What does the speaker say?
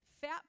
fat